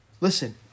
Listen